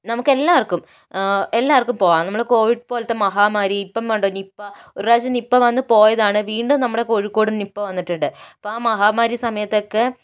നമുക്കെല്ലാവർക്കും എല്ലാവർക്കും പോകാം നമ്മൾ കോവിഡ് പോലത്തെ മഹാമാരി ഇപ്പം കണ്ടോ നിപ്പാ ഒരു പ്രാവശ്യം നിപ്പ വന്ന് പോയതാണ് വീണ്ടും നമ്മുടെ കോഴിക്കോട് നിപ്പാ വന്നിട്ടുണ്ട് അപ്പോൾ ആ മഹാമാരി സമയത്തൊക്കെ